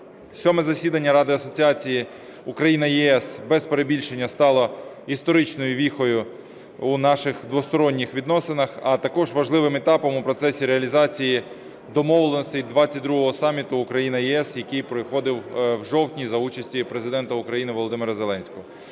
Сьоме засідання Ради асоціації Україна-ЄС, без перебільшення, стало історичною віхою у наших двосторонніх відносинах, а також важливим етапом у процесі реалізації домовленостей 22 саміту Україна-ЄС, який проходив в жовтні за участі президента України Володимира Зеленського.